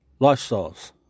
lifestyles